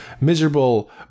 miserable